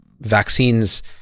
Vaccines